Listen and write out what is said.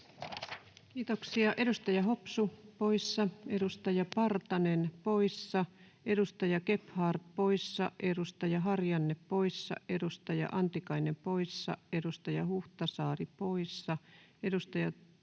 Kiitoksia. — Edustaja Hopsu poissa, edustaja Partanen poissa, edustaja Gebhard poissa, edustaja Harjanne poissa, edustaja Antikainen poissa, edustaja Huhtasaari poissa,